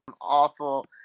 awful